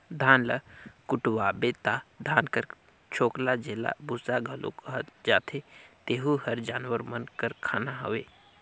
धान ल कुटवाबे ता धान कर छोकला जेला बूसा घलो कहल जाथे तेहू हर जानवर मन कर खाना हवे